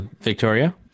Victoria